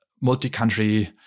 multi-country